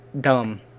dumb